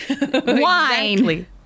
wine